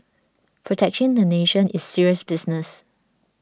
protecting the nation is serious business